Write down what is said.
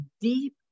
deep